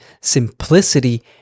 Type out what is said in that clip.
simplicity